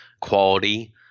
quality